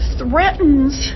threatens